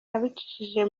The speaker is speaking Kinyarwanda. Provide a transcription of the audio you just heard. abicishije